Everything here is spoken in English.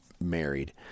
married